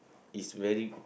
it's very